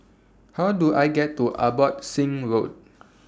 How Do I get to Abbotsingh Road